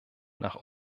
nach